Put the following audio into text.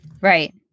Right